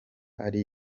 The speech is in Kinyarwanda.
ari